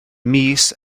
mis